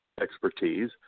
expertise